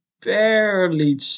barely